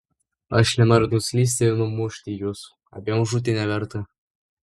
aš nenoriu nuslysti ir numušti jūsų abiem žūti neverta